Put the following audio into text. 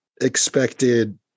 expected